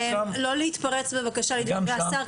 בבקשה לא להתפרץ לדברי השר.